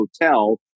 Hotel